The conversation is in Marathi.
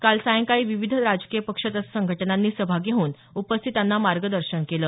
काल सायंकाळी विविध राजकीय पक्ष तसंच संघटनांनी सभा घेऊन उपस्थितांना मार्गदर्शन केलं